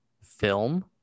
film